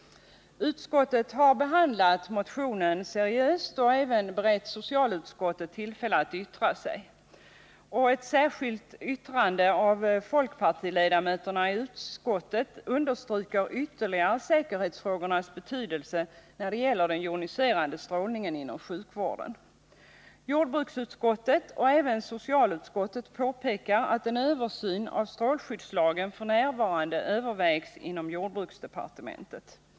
Utskottet har behandlat motionen seriöst och även berett socialutskottet tillfälle att yttra sig. I ett särskilt yttrande från folkpartiledamöterna i utskottet understryks ytterligare betydelsen av säkerhetsfrågorna i samband med användningen av joniserande strålning inom sjukvården. Jordbruksutskottet och även socialutskottet påpekar att en översyn av strålskyddslagen f. n. övervägs inom jordbruksdepartementet.